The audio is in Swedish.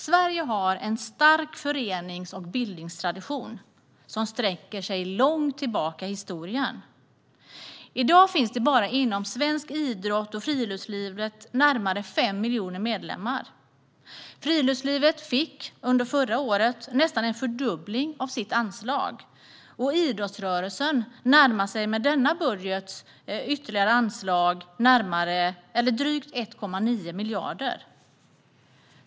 Sverige har en stark förenings och bildningstradition som sträcker sig långt tillbaka i historien. I dag finns det bara inom idrott och friluftsliv närmare 5 miljoner medlemmar. Friluftslivet fick under förra året nästan en fördubbling av sitt anslag, och idrottsrörelsen får med denna budgets ytterligare anslag drygt 1,9 miljarder.